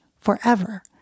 forever